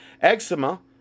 Eczema